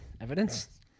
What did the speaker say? evidence